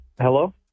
Hello